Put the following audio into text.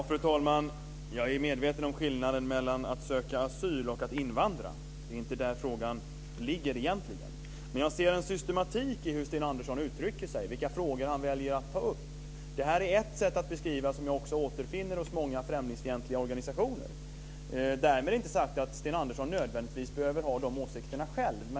Fru talman! Jag är medveten om skillnaden mellan att söka asyl och att invandra. Det är inte där frågan ligger egentligen. Men jag ser en systematik i hur Sten Andersson uttrycker sig, vilka frågor han väljer att ta upp. Det här är ett sätt att beskriva som jag också återfinner hos många främlingsfientliga organisationer. Därmed inte sagt att Sten Andersson nödvändigtvis behöver ha de åsikterna själv.